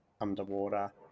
underwater